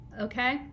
Okay